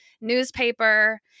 newspaper